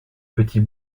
petit